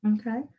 okay